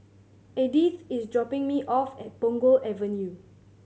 Edythe is dropping me off at Punggol Avenue